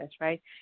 right